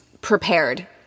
prepared